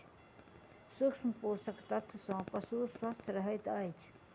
सूक्ष्म पोषक तत्व सॅ पशु स्वस्थ रहैत अछि